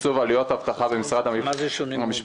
תקצוב עלויות אבטחה במשרד המשפטים,